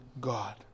God